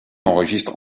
enregistre